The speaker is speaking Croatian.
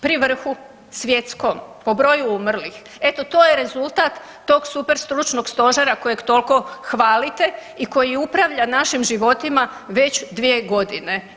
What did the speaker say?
Pri vrhu svjetskom po broju umrlih, evo to je rezultat tog super stručnog stožera kojeg toliko hvalite i koji upravlja našim životima već 2 godine.